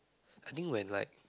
I think when like